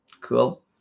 Cool